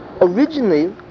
originally